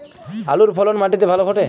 আলুর ফলন মাটি তে ভালো ঘটে?